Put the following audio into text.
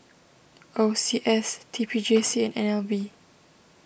O C S T P J C and N L B